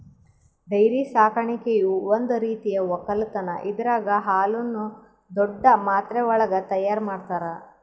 dairy ಸಾಕಾಣಿಕೆಯು ಒಂದ್ ರೀತಿಯ ಒಕ್ಕಲತನ್ ಇದರಾಗ್ ಹಾಲುನ್ನು ದೊಡ್ಡ್ ಮಾತ್ರೆವಳಗ್ ತೈಯಾರ್ ಮಾಡ್ತರ